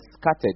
scattered